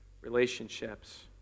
relationships